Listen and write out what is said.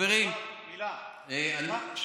יואב, מילה, אפשר?